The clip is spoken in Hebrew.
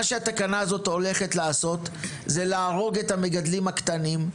מה שהתקנה הזאת הולכת לעשות זה להרוג את המגדלים הקטנים,